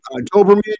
Doberman